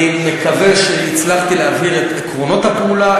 אני מקווה שהצלחתי להעביר את עקרונות הפעולה,